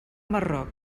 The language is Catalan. marroc